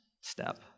step